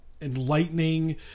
enlightening